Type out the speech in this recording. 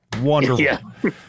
Wonderful